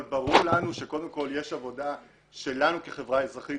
אבל ברור לנו שקודם כול יש לנו עבודה לעשות כחברה אזרחית.